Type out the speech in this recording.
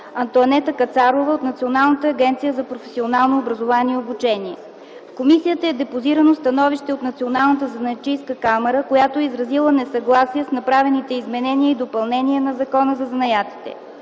Антоанета Кацарова от Националната агенция за професионално образование и обучение. В комисията е депозирано становище от Националната занаятчийска камара, която е изразила несъгласие с направените изменения и допълнения на Закона за занаятите.